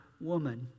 Woman